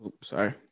Sorry